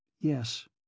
Yes